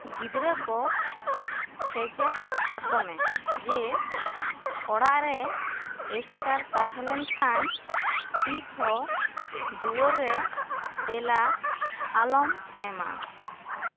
ᱜᱤᱫᱽᱨᱟᱹ ᱠᱚ ᱥᱮᱪᱮᱫ ᱟᱠᱚ ᱢᱮ ᱡᱮ ᱚᱲᱟᱜ ᱨᱮ ᱮᱥᱠᱟᱨ ᱛᱟᱦᱮᱸ ᱞᱮᱱ ᱠᱷᱟᱱ ᱛᱤᱥᱦᱚᱸ ᱫᱩᱣᱟᱹᱨ ᱨᱮ ᱛᱮᱞᱟ ᱟᱞᱚᱢ ᱮᱢᱟ